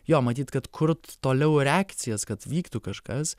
jo matyt kad kurt toliau reakcijas kad vyktų kažkas